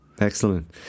excellent